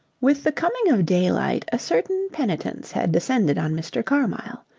with the coming of daylight a certain penitence had descended on mr. carmyle.